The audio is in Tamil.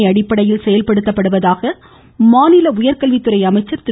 தமிழகத்தில் அடிப்படையில் செயல்படுத்தப்படுவதாக மாநில உயர்கல்வித்துறை அமைச்சர் திரு